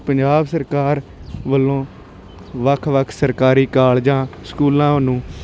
ਪੰਜਾਬ ਸਰਕਾਰ ਵੱਲੋਂ ਵੱਖ ਵੱਖ ਸਰਕਾਰੀ ਕਾਲਜਾਂ ਸਕੂਲਾਂ ਨੂੰ